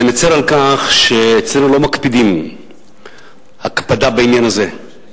אני מצר על כך שאצלנו לא מקפידים בעניין הזה.